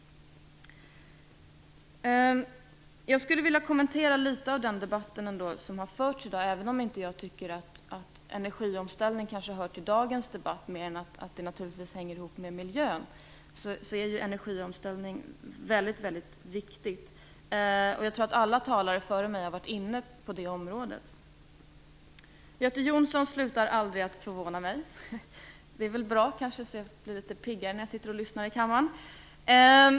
Jag skulle vilja kommentera litet av den debatt som har förts i dag, även om jag inte tycker att energiomställning hör till dagens debatt, mer än att det naturligtvis hänger ihop med miljön. Energiomställning är ju väldigt viktigt och jag tror att alla talare före mig har varit inne på det området. Göte Jonsson slutar aldrig att förvåna mig. Det är kanske bra, så att jag blir litet piggare när jag sitter och lyssnar i kammaren.